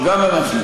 גם אנחנו,